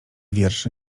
wierszy